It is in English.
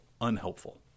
unhelpful